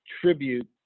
tribute